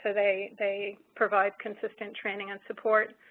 ah they they provide consistent training and support,